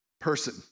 person